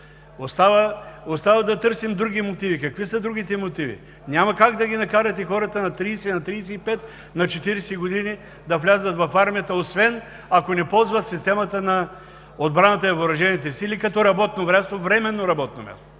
Остава да търсим други мотиви. Какви са другите мотиви? Няма как да ги накарате хората на 30, на 35, на 40 години да влязат в армията, освен ако не ползват системата на отбраната и въоръжените сили като работно място,